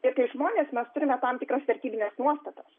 ir kaip žmonės mes turime tam tikras vertybines nuostatas